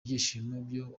byishimo